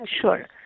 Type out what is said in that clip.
sure